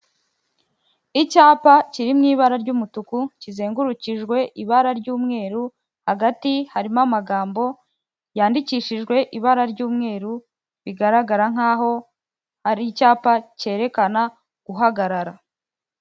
Icyapa kiri mu ibara ry'umutuku kizengurukijwe ibara ry'umweru, hagati harimo amagambo yandikishijwe ibara ry'umweru bigaragara nkaho'a ari icyapa cyerekana guhagarara.